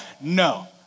no